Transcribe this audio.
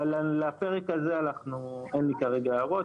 לפרק הזה אנחנו, אין לי כרגע הערות.